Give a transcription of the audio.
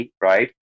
right